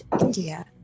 India